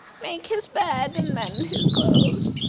make his bed, and mend his clothes.